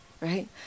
Right